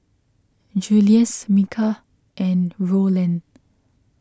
Julious Micah and Rowland